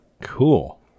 Cool